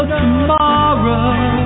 tomorrow